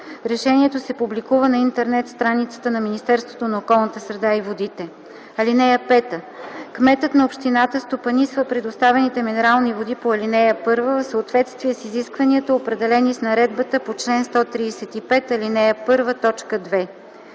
Решението се публикува на интернет страницата на Министерството на околната среда и водите. (5) Кметът на общината стопанисва предоставените минерални води по ал. 1 в съответствие с изискванията, определени с наредбата по чл. 135, ал. 1, т. 2.